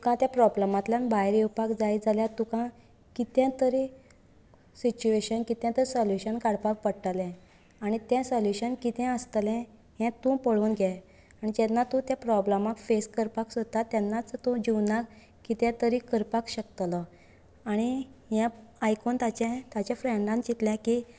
तुका त्या प्रोब्लमांतल्यान भायर येवपाक जाय जाल्यार तुका कितें तरी सिचुयेशन किते ते सोल्युशन काडपाक पडटले आनी ते सोल्युशन कितें आसतले हें तूं पळोवन घे आनी जेन्ना तू ते प्रोब्लमाक फेस करपाक सोदता तेन्नाच तू जिवनांत कितें तरी करपाक शकतलो आनी हे आयकोन ताचे ताचे फ्रेंडान चितलें की